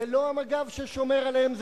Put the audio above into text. זה לא מג"ב ששומר עליהם,